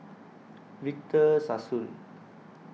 Victor Sassoon